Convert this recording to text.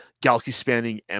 galaxy-spanning